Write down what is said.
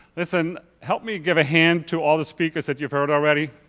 listen, help me give a hand to all the speakers that you've heard already.